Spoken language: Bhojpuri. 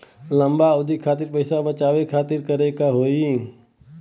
लंबा अवधि खातिर पैसा बचावे खातिर का करे के होयी?